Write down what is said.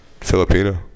filipino